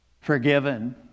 forgiven